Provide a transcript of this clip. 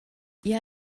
ihr